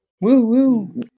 Woo-woo